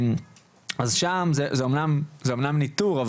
אז שם זה אומנם ניטור,